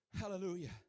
hallelujah